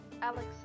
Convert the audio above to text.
Alex